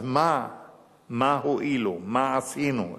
אז מה הועילו, מה עשינו,